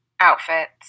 outfits